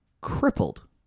crippled